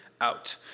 out